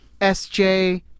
SJ